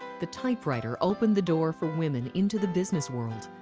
the typewriter opened the door for women into the business world.